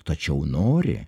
tačiau nori